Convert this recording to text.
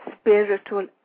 spiritual